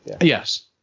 Yes